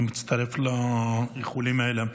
אני מצטרף לאיחולים האלה.